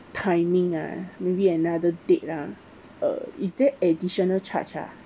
timing ah maybe another date lah uh is there a additional charge ah